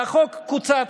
והחוק קוצץ.